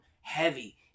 heavy